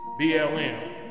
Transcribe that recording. BLM